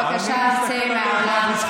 בבקשה צא מהאולם.